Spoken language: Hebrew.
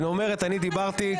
היא אומרת: אני דיברתי,